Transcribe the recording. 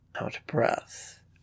out-breath